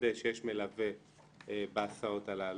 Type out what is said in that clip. לוודא שיש מלווה בהסעות הללו.